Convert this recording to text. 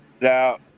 Now